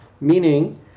meaning